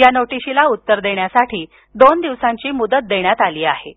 या नोटिशीला उत्तर देण्यासाठी दोन दिवसांची मुदत देण्यात आली असून